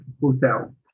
hotel